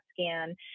scan